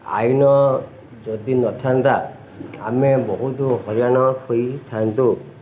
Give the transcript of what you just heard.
ଆଇନ ଯଦି ନଥାନ୍ତା ଆମେ ବହୁତ ହଇରାଣ ହୋଇଥାନ୍ତୁ